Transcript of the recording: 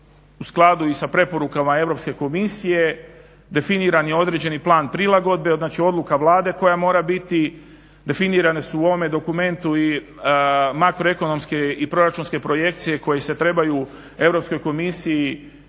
u skladu i sa preporukama Europske komisije. Definiran je određeni plan prilagodbe, znači odluka Vlade koja mora biti. Definirane su ovome dokumentu i makroekonomske i proračunske projekcije koje se trebaju Europskoj komisiji i